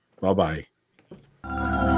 Bye-bye